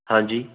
ਹਾਂਜੀ